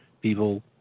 people